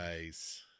nice